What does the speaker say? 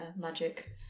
magic